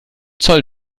zoll